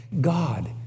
God